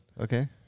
Okay